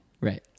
right